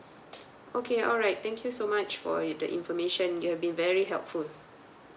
okay alright thank you so much for the information you have been very helpful